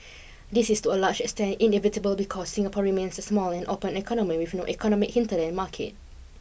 this is to a large extent inevitable because Singapore remains a small and open economy with no economic hinterland market